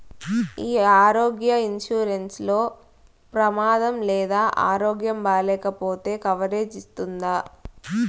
ఈ ఆరోగ్య ఇన్సూరెన్సు లో ప్రమాదం లేదా ఆరోగ్యం బాగాలేకపొతే కవరేజ్ ఇస్తుందా?